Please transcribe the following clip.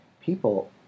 people